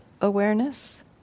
awareness